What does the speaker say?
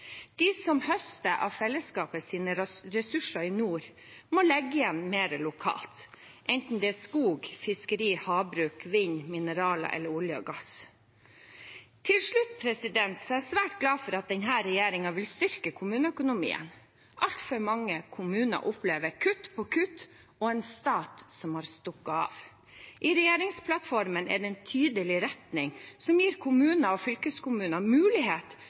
De som høster av fellesskapets ressurser i nord, må legge igjen mer lokalt, enten det er skog, fiskeri, havbruk, vind, mineraler eller olje og gass. Til slutt: Jeg er svært glad for at denne regjeringen vil styrke kommuneøkonomien. Altfor mange kommuner opplever kutt på kutt og en stat som har stukket av. I regjeringsplattformen er det en tydelig retning som gir kommuner og fylkeskommuner mulighet